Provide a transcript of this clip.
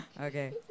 Okay